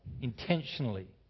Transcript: intentionally